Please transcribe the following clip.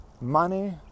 Money